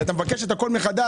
ברור ששם המשחק הוא ניהול.